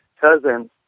cousin